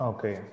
Okay